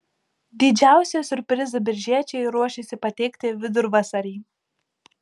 didžiausią siurprizą biržiečiai ruošiasi pateikti vidurvasarį